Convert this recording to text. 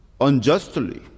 unjustly